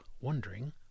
wondering